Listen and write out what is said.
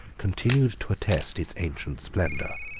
continued to attest its ancient splendor.